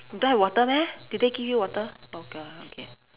you don't have water meh did they give you water okay okay